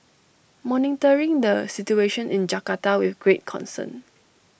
monitoring the situation in Jakarta with great concern